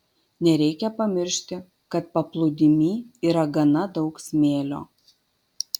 nereikia pamiršti kad paplūdimy yra gana daug smėlio